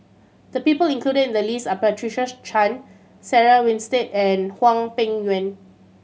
the people included in the list are Patricia Chan Sarah Winstedt and Hwang Peng Yuan